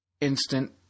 instant